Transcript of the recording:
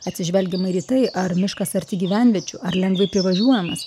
atsižvelgiama ir į tai ar miškas arti gyvenviečių ar lengvai privažiuojamas